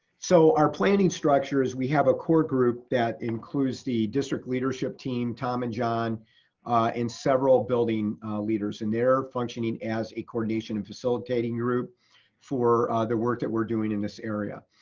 so our planning structures, we have a core group that includes the district leadership team, tom and john in several building leaders and they're functioning as a coordination and facilitating group for the work that we're doing in this area.